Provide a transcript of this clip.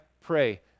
pray